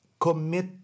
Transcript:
Commit